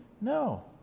No